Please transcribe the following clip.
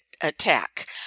attack